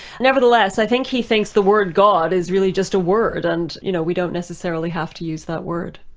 nevertheless i think he thinks the word god is really just a word, and you know we don't necessarily have to use that word.